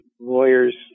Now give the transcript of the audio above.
lawyers